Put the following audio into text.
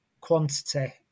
quantity